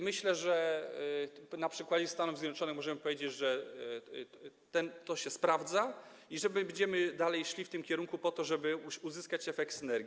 Myślę, że na przykładzie Stanów Zjednoczonych możemy powiedzieć, że to się sprawdza i że będziemy dalej szli w tym kierunku, żeby uzyskać efekt synergii.